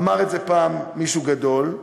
אמר את זה פעם מישהו גדול,